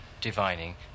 divining